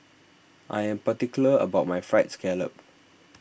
I am particular about my Fried Scallop